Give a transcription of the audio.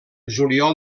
juliol